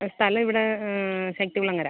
ആ സ്ഥലം ഇവിടെ ശക്തികുളങ്ങര